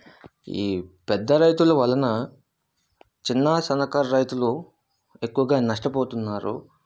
ఈ పెద్ద రైతుల వలన చిన్నా సన్నకారు రైతులు ఎక్కువగా నష్టపోతున్నారు